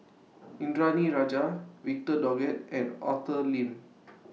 Indranee Rajah Victor Doggett and Arthur Lim